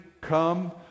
Come